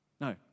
No